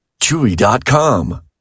Chewy.com